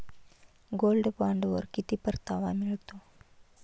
Gold बॉण्डवर किती परतावा मिळतो?